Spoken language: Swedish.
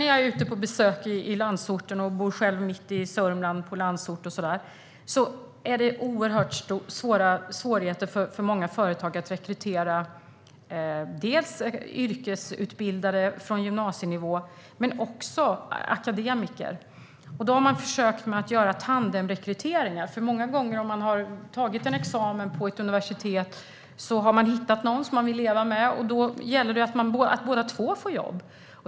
När jag är ute på besök i landsorten - och jag bor själv mitt i Sörmland, i landsort - får jag höra att många företag har oerhört svårt att rekrytera inte bara yrkesutbildade från gymnasienivå utan även akademiker. Man har därför försökt med tandemrekryteringar. Många gånger när människor har tagit examen på ett universitet har de nämligen hittat någon att leva med, och då gäller det att båda två får jobb.